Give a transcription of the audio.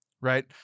right